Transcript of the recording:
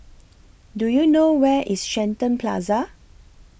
Do YOU know Where IS Shenton Plaza